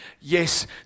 yes